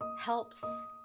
helps